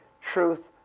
Truth